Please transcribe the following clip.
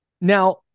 Now